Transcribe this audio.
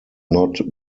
not